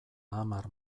hamar